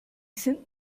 sind